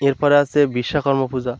এর পরে আসছে বিশ্বকর্মা পূজা